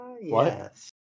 yes